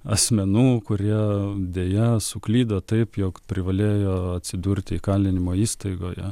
asmenų kurie deja suklydo taip jog privalėjo atsidurti įkalinimo įstaigoje